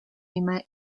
emma